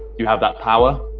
you have that power.